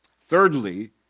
Thirdly